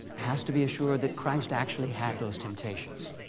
has to be assured that christ actually had those temptations.